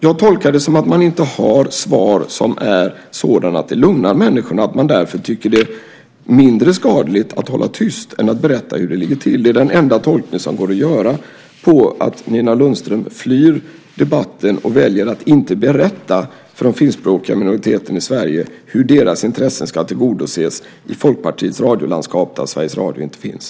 Jag tolkar det som att man inte har svar som är sådana att det lugnar människorna och att man därför tycker att det är mindre skadligt att hålla tyst än att berätta hur det ligger till. Det är den enda tolkning som går att göra av att Nina Lundström flyr debatten och väljer att inte berätta för den finskspråkiga minoriteten i Sverige hur dess intressen ska tillgodoses i Folkpartiets radiolandskap, där Sveriges Radio inte finns.